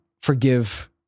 forgive